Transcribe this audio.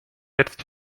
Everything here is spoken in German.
jetzt